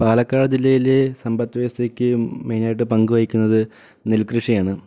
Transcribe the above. പാലക്കാട് ജില്ലയിലെ സമ്പദ്വ്യവസ്ഥയ്ക്ക് മെയിനായിട്ട് പങ്കു വഹിക്കുന്നത് നെൽക്കൃഷിയാണ്